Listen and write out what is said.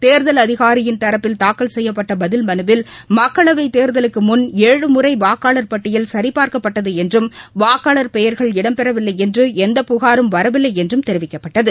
தேர்தல் அதிகாரியின் தரப்பில் தாக்கல் செய்யப்பட்ட பதில் மனுவில் மக்களவைத் தேர்தலுக்கு முன் ஏழு முறை வாக்காளர் பட்டியல் சரி பார்க்கபபட்டது என்றும் வாக்காளர் பெயர்கள் இடம்பெறவில்லை என்று எந்த புகாரும் வரவில்லை என்றும் தெரிவிக்கப்பட்டது